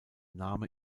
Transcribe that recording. name